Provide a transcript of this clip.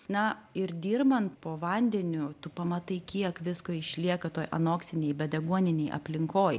na ir dirbant po vandeniu tu pamatai kiek visko išlieka toj anoksinėj deguoninėj aplinkoj